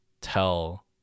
tell